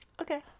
Okay